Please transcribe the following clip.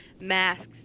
masks